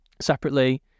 separately